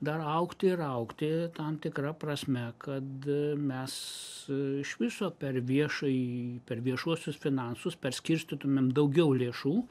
dar augti ir augti tam tikra prasme kad mes iš viso per viešąjį per viešuosius finansus perskirstytumėm daugiau lėšų